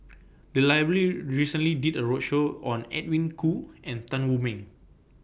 The Library recently did A roadshow on Edwin Koo and Tan Wu Meng